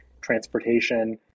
transportation